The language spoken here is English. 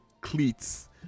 cleats